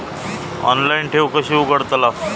Online ठेव कशी उघडतलाव?